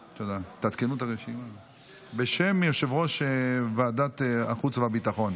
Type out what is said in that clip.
פוגל, יושב-ראש הוועדה לביטחון